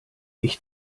ich